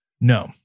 No